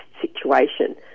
situation